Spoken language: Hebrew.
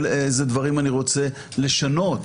איזה דברים אני רוצה לשנות;